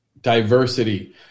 diversity